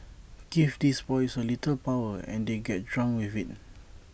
give these boys A little power and they get drunk with IT